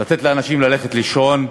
לתת לאנשים ללכת לישון.